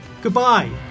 Goodbye